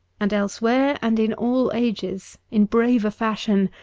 and elsewhere, and in all ages, in braver fashion,